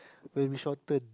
will be shorter